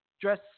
dress